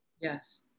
Yes